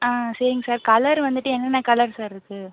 ஆ சரிங்க sir colour வந்துட்டு என்னென்ன கலர் சார் இருக்குது